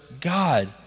God